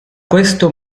questo